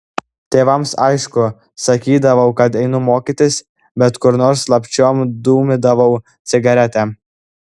tėvams aišku sakydavau kad einu mokytis bet kur nors slapčiom dūmydavau cigaretę